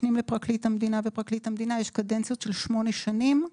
משנים לפרקליט המדינה ופרקליט המדינה יש קדנציות של שמונה שנים,